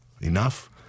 enough